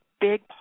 big